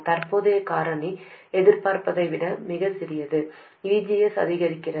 தற்போதைய காரணி எதிர்பார்த்ததை விட சிறியது VGS அதிகரிக்கிறது